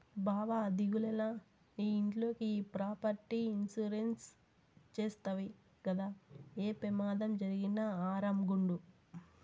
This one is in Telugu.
బావా దిగులేల, నీ ఇంట్లోకి ఈ ప్రాపర్టీ ఇన్సూరెన్స్ చేస్తవి గదా, ఏ పెమాదం జరిగినా ఆరామ్ గుండు